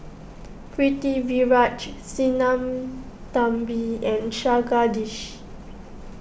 Pritiviraj Sinnathamby and Jagadish